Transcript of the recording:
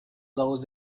удалось